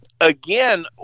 again